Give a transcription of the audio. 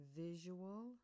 Visual